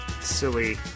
silly